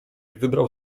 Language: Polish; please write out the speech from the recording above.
wybrał